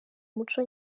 umuco